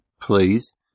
please